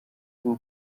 bwo